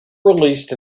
released